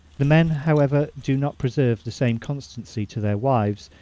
the men, however, do not preserve the same constancy to their wives,